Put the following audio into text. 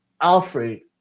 Alfred